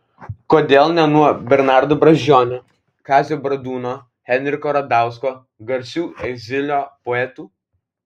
kodėl ne nuo bernardo brazdžionio kazio bradūno henriko radausko garsių egzilio poetų